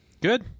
Good